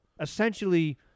essentially